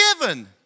given